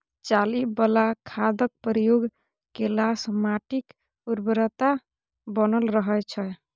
चाली बला खादक प्रयोग केलासँ माटिक उर्वरता बनल रहय छै